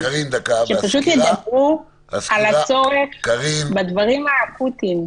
שפשוט ידברו על הצורך בדברים האקוטיים.